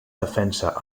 defensa